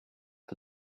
for